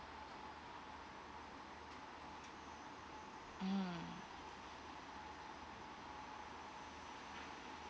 mm